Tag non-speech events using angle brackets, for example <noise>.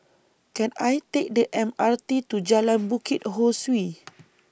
Can I Take The M R T to Jalan Bukit Ho Swee <noise>